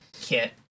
kit